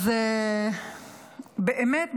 אז באמת,